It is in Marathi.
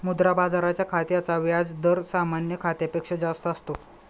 मुद्रा बाजाराच्या खात्याचा व्याज दर सामान्य खात्यापेक्षा जास्त असतो